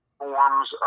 forms